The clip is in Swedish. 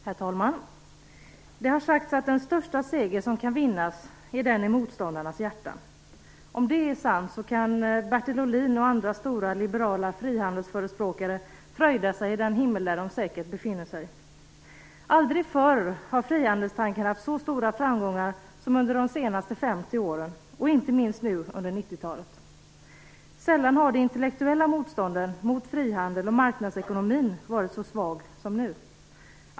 Herr talman! Det har sagts att den största seger som kan vinnas, är den i motståndarnas hjärtan. Om det är sant så kan Bertil Ohlin och andra stora liberala frihandelsförespråkare fröjda sig i den himmel de säkert befinner sig i. Aldrig förr har frihandelstanken haft så stora framgångar som under de senaste 50 åren - och inte minst nu under 90-talet. Sällan har det intellektuella motståndet mot frihandeln och marknadsekonomin varit så svagt som nu.